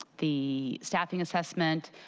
the staffing assessment,